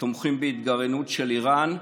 שתומכים בהתגרענות של איראן,